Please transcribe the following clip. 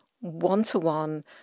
one-to-one